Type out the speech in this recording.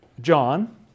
John